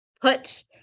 put